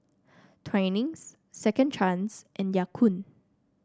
Twinings Second Chance and Ya Kun